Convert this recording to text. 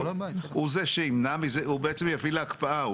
הוא זה שימנע, הוא בעצם יביא להקפאה.